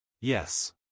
Yes